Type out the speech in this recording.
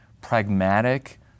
pragmatic